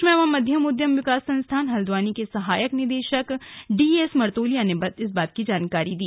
सूक्ष्म एवं मध्यम उद्यम विकास संस्थान हल्द्वानी के सहायक निदेशक डी एस मर्तोलिया ने इस बात की जानकारी दी